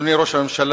אדוני ראש הממשלה,